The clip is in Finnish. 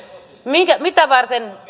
mitä varten te